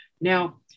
Now